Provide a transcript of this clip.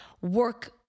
work